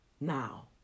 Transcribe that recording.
Now